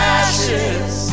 ashes